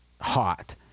hot